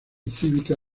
cívica